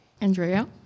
andrea